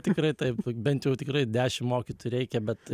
tikrai taip bent jau tikrai dešim mokytojų reikia bet